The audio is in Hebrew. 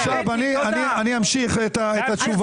אני אמשיך את התשובה.